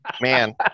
Man